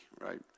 right